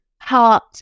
heart